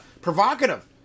provocative